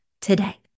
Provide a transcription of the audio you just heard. today